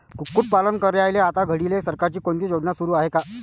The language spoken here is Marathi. कुक्कुटपालन करायले आता घडीले सरकारची कोनची योजना सुरू हाये का?